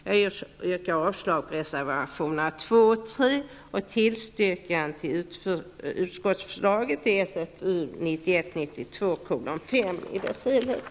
Jag yrkar avslag på reservationerna 2 och 3 samt bifall till hemställan i socialförsäkringsutskottets betänkande 1991/92:SfU5 i dess helhet.